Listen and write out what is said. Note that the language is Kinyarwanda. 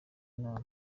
inama